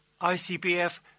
ICBF